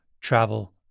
travel